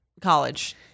college